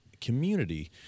community